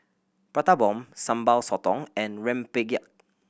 Prata Bomb Sambal Sotong and rempeyek